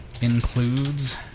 includes